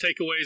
takeaways